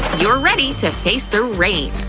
you're ready to face the rain!